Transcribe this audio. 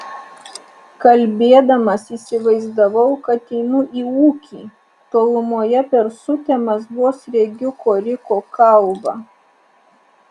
kalbėdamas įsivaizdavau kad einu į ūkį tolumoje per sutemas vos regiu koriko kalvą